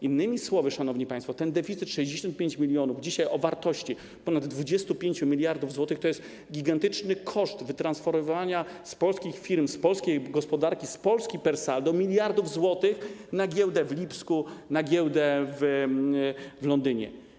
Innymi słowy, szanowni państwo, ten deficyt, 65 mln t, dzisiaj o wartości ponad 25 mld zł, to jest gigantyczny koszt wytransferowania z polskich firm, z polskiej gospodarki, z Polski per saldo miliardów złotych na giełdę w Lipsku, na giełdę w Londynie.